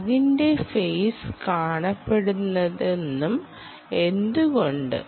ടാഗിന്റെ face കാണപ്പെടുന്നതെന്നും എന്നതുകൊണ്ട്